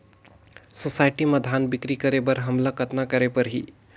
Society म धान बिक्री करे बर हमला कतना करे परही?